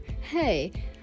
hey